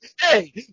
hey